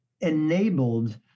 enabled